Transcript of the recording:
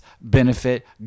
benefit